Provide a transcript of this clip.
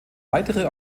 weitere